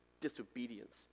disobedience